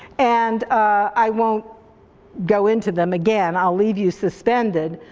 and i won't go into them, again i'll leave you suspended.